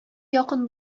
якын